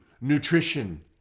nutrition